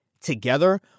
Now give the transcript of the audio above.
together